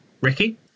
Ricky